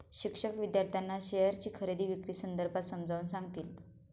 शिक्षक विद्यार्थ्यांना शेअरची खरेदी विक्री संदर्भात समजावून सांगतील